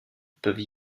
peuvent